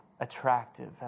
Attractive